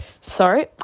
sorry